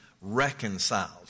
reconciled